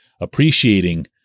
appreciating